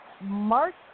Mark